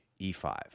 E5